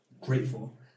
grateful